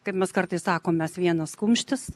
kaip mes kartais sakom mes vienas kumštis